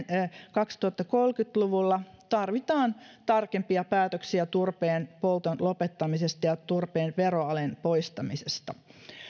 kaksituhattakolmekymmentä luvulla tarvitaan tarkempia päätöksiä turpeen polton lopettamisesta ja turpeen veroalen poistamisesta